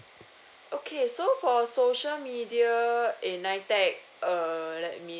okay so for social media uh N_I_T_E_C err let me